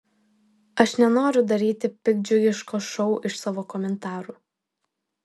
aš nenoriu daryti piktdžiugiško šou iš savo komentarų